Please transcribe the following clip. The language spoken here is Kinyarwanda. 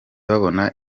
babona